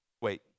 Wait